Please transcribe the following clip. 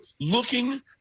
looking